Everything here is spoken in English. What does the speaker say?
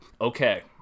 Okay